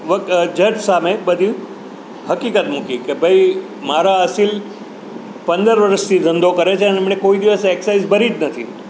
જજ સામે બધી હકીકત મૂકી કે ભાઈ મારા અસીલ પંદર વરસથી ધંધો કરે છે ને એમણે કોઈ દિવસ એક્સાઈઝ ભરી જ નથી